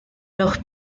los